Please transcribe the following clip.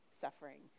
suffering